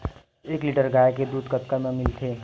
एक लीटर गाय के दुध कतका म मिलथे?